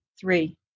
Three